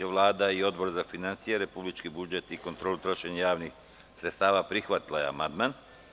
Vlada i Odbor za finansije, republički budžet i kontrolu trošenja javnih sredstava prihvatili su amandman.